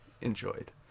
enjoyed